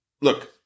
look